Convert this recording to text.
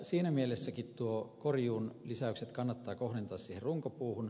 siinä mielessäkin korjuun lisäykset kannattaa kohdentaa siihen runkopuuhun